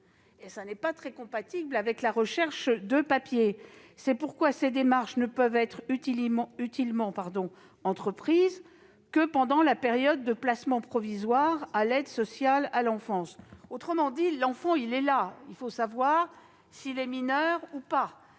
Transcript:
Ce n'est pas très compatible avec la recherche de papiers. C'est pourquoi ces démarches ne peuvent être utilement entreprises que durant la période de placement provisoire à l'aide sociale à l'enfance. En d'autres termes, le jeune est là et il s'agit de savoir s'il est mineur et doit